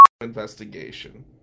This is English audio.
investigation